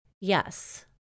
Yes